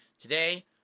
Today